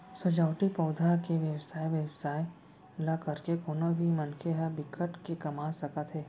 सजावटी पउधा के बेवसाय बेवसाय ल करके कोनो भी मनखे ह बिकट के कमा सकत हे